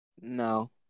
No